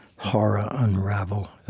horror unravel.